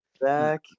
Back